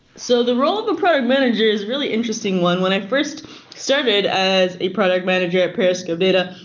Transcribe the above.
so the role of the product manager is really interesting one. when i first started as a product manager at periscope data,